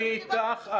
אני אתך,